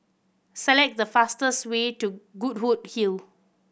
select the fastest way to Goodwood Hill